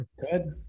Good